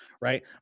right